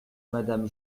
madame